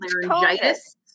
laryngitis